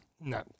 No